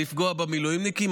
לפגוע במילואימניקים.